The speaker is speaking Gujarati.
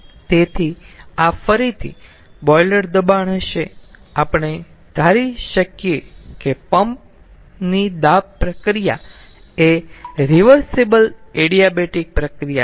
તેથી આ ફરીથી બોઈલર દબાણ હશે આપણે ધારી શકીએ કે પંપ ની દાબ પ્રક્રિયાએ રીવર્સીબલ એડિયાબેટીક પ્રક્રિયા છે